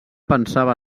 pensava